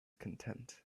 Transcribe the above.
content